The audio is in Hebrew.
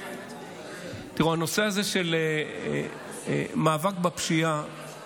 הנושא הזה של מאבק בפשיעה